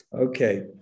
okay